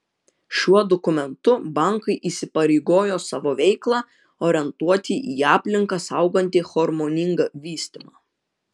šiuo dokumentu bankai įsipareigojo savo veiklą orientuoti į aplinką saugantį harmoningą vystymą